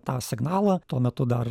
tą signalą tuo metu dar